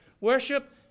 Worship